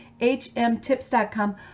HMtips.com